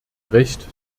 recht